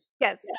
Yes